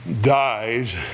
dies